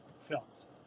films